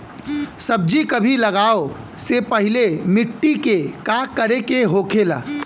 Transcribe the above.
सब्जी कभी लगाओ से पहले मिट्टी के का करे के होखे ला?